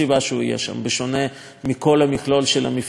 בשונה מכל המכלול של המפעלים הפטרוכימיים,